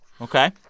Okay